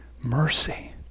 mercy